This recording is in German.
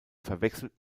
verwechselt